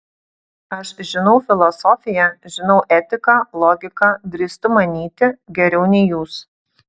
aš žinau filosofiją žinau etiką logiką drįstu manyti geriau nei jūs